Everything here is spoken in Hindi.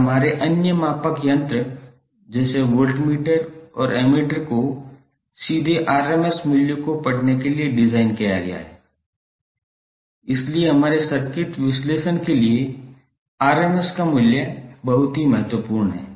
और हमारे अन्य मापक यंत्र जैसे वोल्टमीटर और एमीटर को सीधे आरएमएस मूल्य को पढ़ने के लिए डिज़ाइन किया गया है इसलिए हमारे सर्किट विश्लेषण के लिए आरएमएस का मूल्य बहुत महत्वपूर्ण है